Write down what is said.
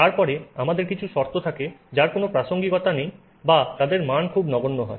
তারপরে আমাদের কিছু শর্ত থাকে যার কোনও প্রাসঙ্গিকতা নেই বা তাদের মান খুব নগণ্য হয়